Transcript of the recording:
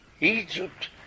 egypt